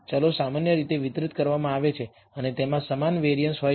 ચલો સામાન્ય રીતે વિતરિત કરવામાં આવે છે અને તેમાં સમાન વેરિઅન્સ હોય છે